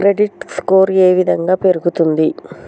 Credit score ఏ విధంగా పెరుగుతుంది?